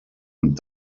amb